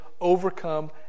overcome